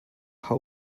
how